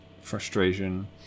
frustration